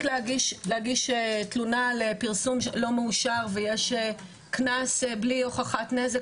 להגיש תלונה על פרסום לא מאושר ויש קנס בלי הוכחת נזק,